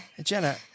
Jenna